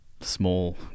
small